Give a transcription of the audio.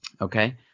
Okay